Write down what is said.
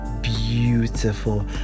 beautiful